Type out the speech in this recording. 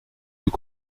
nous